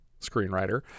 screenwriter